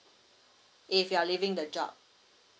if you are leaving the job